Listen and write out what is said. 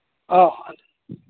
ꯑꯧ